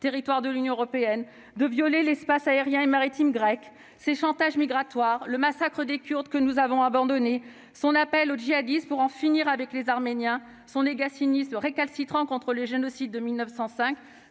territoire de l'Union européenne, de violer l'espace aérien et maritime grec, ses chantages migratoires, le massacre des Kurdes, que nous avons abandonnés, son appel aux djihadistes pour en finir avec les Arméniens, son négationnisme récalcitrant concernant le génocide de 1915,